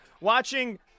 watching